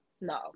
No